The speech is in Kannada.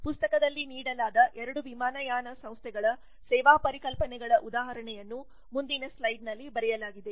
ಪುಸ್ತಕದಲ್ಲಿ ನೀಡಲಾದ ಎರಡು ವಿಮಾನಯಾನ ಸಂಸ್ಥೆಗಳ ಸೇವಾ ಪರಿಕಲ್ಪನೆಗಳ ಉದಾಹರಣೆಯನ್ನು ಮುಂದಿನ ಸ್ಲೈಡ್ನಲ್ಲಿ ಬರೆಯಲಾಗಿದೆ